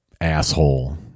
asshole